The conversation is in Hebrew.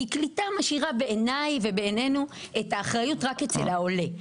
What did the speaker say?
כי קליטה משאירה בעיניי ובעינינו את האחריות רק אצל העולה.